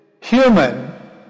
human